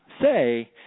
say